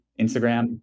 Instagram